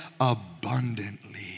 abundantly